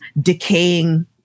decaying